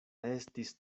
estis